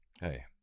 Hey